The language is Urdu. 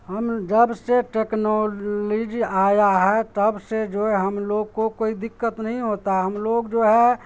ہم جب سے ٹیکنولیجی آیا ہے تب سے جو ہے ہم لوگ کو کوئی دقت نہیں ہوتا ہم لوگ جو ہے